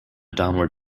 downward